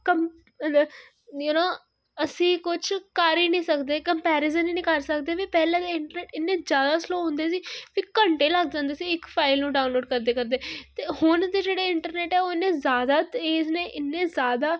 ਕੰਪ you know ਅਸੀਂ ਕੁਛ ਕਰ ਹੀ ਨਹੀਂ ਸਕਦੇ ਕੰਪੈਰੀਜ਼ਨ ਹੀ ਨਹੀਂ ਕਰ ਸਕਦੇ ਵੀ ਪਹਿਲਾਂ ਦੇ ਇੰਟਰਨੈਂੱਟ ਇੰਨੇ ਜ਼ਿਆਦਾ ਸਲੋ ਹੁੰਦੇ ਸੀ ਵੀ ਘੰਟੇ ਲੱਗ ਜਾਂਦੇ ਸੀ ਇੱਕ ਫਾਈਲ ਨੂੰ ਡਾਊਨਲੋਡ ਕਰਦੇ ਕਰਦੇ ਅਤੇ ਹੁਣ ਦੇ ਜਿਹੜੇ ਇੰਟਰਨੈਟ ਹੈ ਉਹ ਇੰਨੇ ਜ਼ਿਆਦਾ ਤੇਜ਼ ਨੇ ਇੰਨੇ ਜ਼ਿਆਦਾ